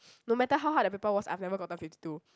no matter how hard the paper was I've never gotten fifty two